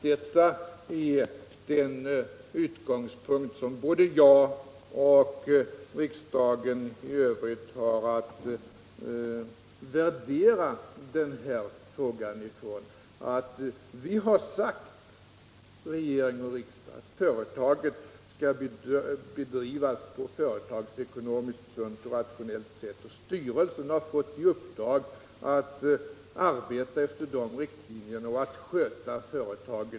Det är med utgångspunkt i detta som både jag och riksdagen har att värdera den här frågan. Regering och riksdag har sagt att företaget skall drivas på ett företagsekonomiskt sunt och rationellt sätt, och styrelsen har fått i uppdrag att arbeta efter de riktlinjerna.